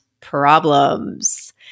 problems